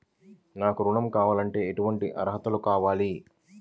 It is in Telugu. నాకు ఋణం కావాలంటే ఏటువంటి అర్హతలు కావాలి?